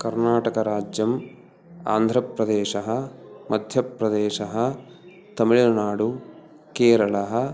कर्नाटकराज्यम् आन्ध्रप्रदेशः मध्यप्रदेशः तमिल्नाडु केरला